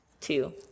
two